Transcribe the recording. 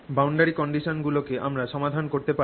boundary condition গুলো কে আমরা সমাধান করতে পারব